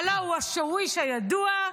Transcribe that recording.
הלוא הוא השאוויש הידוע,